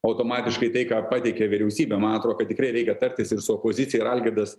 automatiškai tai ką pateikė vyriausybė ma atro kad tikrai reikia tartis ir su opozicija ir algirdas